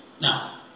now